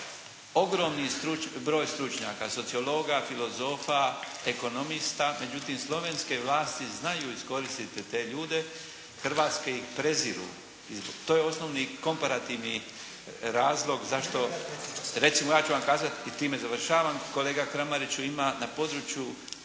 ogromni broj stručnjaka sociologa, filozofa, ekonomista. Međutim, slovenske vlasti znaju iskoristiti te ljude, hrvatske iz preziru i to je osnovni komparativni razlog zašto. Recimo, ja ću vam kazati i time završavam. Kolega Kramariću, ima na području